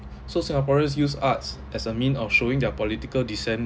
so singaporeans use arts as a mean of showing their political dissent